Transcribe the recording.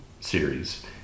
series